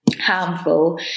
harmful